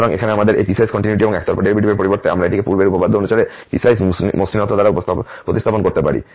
সুতরাং এখন আমাদের এই পিসওয়াইস কন্টিনিউয়িটি এবং একতরফা ডেরিভেটিভের পরিবর্তে আমরা এটিকে পূর্বের উপপাদ্য অনুসারে পিসওয়াইস মসৃণতা দ্বারা প্রতিস্থাপন করতে পারি